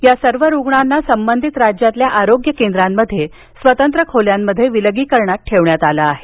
या सर्व रुग्णांना संबंधित राज्यांतल्या आरोग्य केंद्रांमध्ये स्वतंत्र खोल्यांमध्ये विलगीकरणात ठेवण्यात आलं आहे